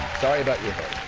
sorry about your